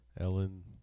Ellen